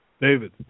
David